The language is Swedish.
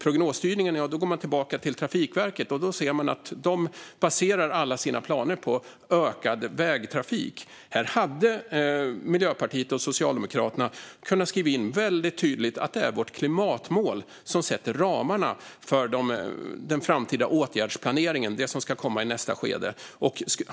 Man kan då gå tillbaka till Trafikverket och se att de baserar alla sina planer på ökad vägtrafik. Här hade Miljöpartiet och Socialdemokraterna kunnat skriva in väldigt tydligt att det är vårt klimatmål som sätter ramarna för den framtida åtgärdsplaneringen, som ska komma i nästa skede.